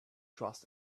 trust